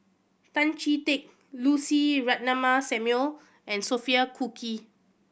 Tan Chee Teck Lucy Ratnammah Samuel and Sophia Cooke